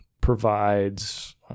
provides